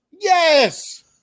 Yes